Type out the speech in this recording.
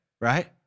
right